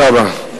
תודה רבה.